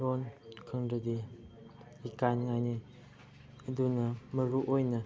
ꯂꯣꯟ ꯈꯪꯗ꯭ꯔꯗꯤ ꯏꯀꯥꯏꯅꯤꯉꯥꯏꯅꯤ ꯑꯗꯨꯅ ꯃꯔꯨ ꯑꯣꯏꯅ